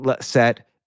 set